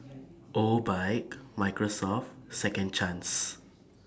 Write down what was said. Obike Microsoft Second Chance